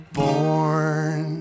born